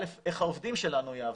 א', איך העובדים שלנו יעבדו?